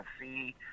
see